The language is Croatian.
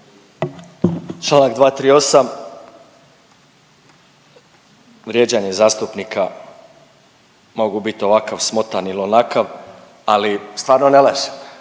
Članak 238., vrijeđanje zastupnika. Mogu bit ovakav smotan ili onakav, ali stvarno ne lažem,